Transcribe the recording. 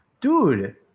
Dude